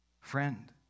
Friend